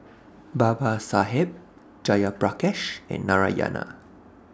Babasaheb Jayaprakash and Narayana